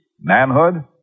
manhood